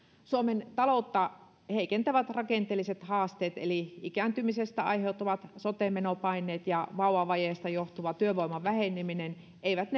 suomen taloutta heikentävät rakenteelliset haasteet eli ikääntymisestä aiheutuvat sote menopaineet ja vauvavajeesta johtuva työvoiman väheneminen eivät